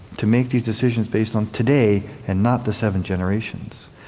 to make these decisions based on today and not the seven generations.